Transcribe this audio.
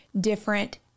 different